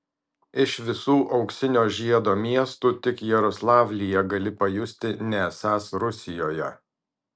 iš visų auksinio žiedo miestų tik jaroslavlyje gali pajusti nesąs rusijoje